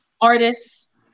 artists